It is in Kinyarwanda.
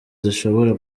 zishobora